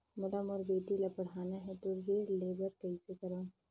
मोला मोर बेटी ला पढ़ाना है तो ऋण ले बर कइसे करो